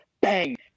bang